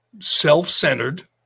Self-centered